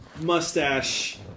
mustache